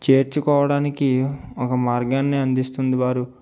చేర్చుకోవడానికి ఒక మార్గాన్ని అందిస్తుంది వారు